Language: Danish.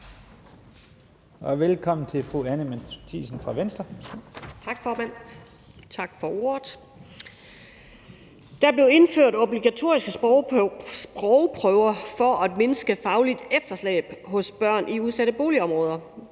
Der blev indført obligatoriske sprogprøver for at mindske fagligt efterslæb hos børn i udsatte boligområder.